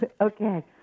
Okay